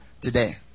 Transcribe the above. today